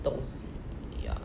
东西 yeah